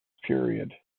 period